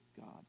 God